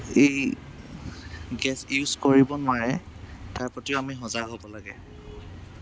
এই gas use কৰিব নোৱাৰে তাৰ প্ৰতিও আমি সজাগ হ'ব লাগে